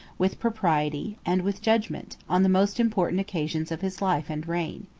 with propriety, and with judgment, on the most important occasions of his life and reign.